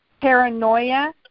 paranoia